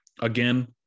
Again